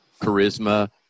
charisma